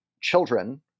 children